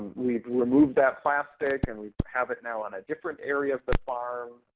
we removed that plastic and we have it now on a different area of the farm.